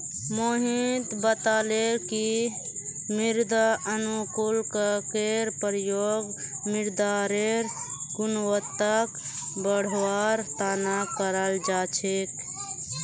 मोहित बताले कि मृदा अनुकूलककेर प्रयोग मृदारेर गुणवत्ताक बढ़वार तना कराल जा छेक